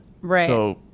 Right